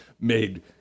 made